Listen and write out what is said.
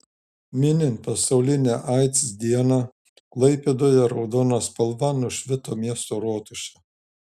minint pasaulinę aids dieną klaipėdoje raudona spalva nušvito miesto rotušė